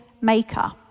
maker